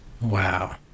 Wow